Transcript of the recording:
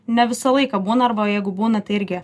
ne visą laiką būna arba jeigu būna tai irgi